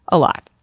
a lot.